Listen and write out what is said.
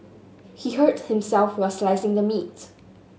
he hurt himself while slicing the meat